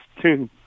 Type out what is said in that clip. two